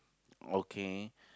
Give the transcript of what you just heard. okay